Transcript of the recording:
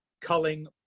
culling